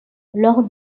lors